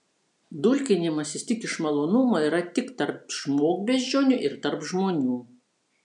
dulkinimasis tik iš malonumo yra tik tarp žmogbeždžionių ir tarp žmonių